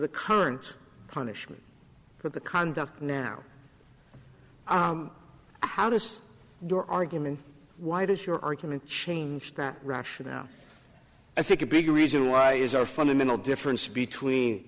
the current punishment for the conduct now how does the argument why does your argument change that rationale i think a bigger reason why is a fundamental difference between